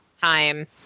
time